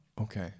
Okay